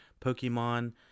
Pokemon